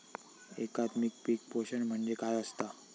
एकात्मिक पीक पोषण म्हणजे काय असतां?